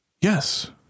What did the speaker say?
Yes